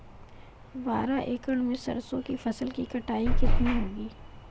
बारह एकड़ में सरसों की फसल की कटाई कितनी होगी?